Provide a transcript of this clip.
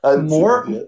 More